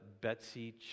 Betsy